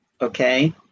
okay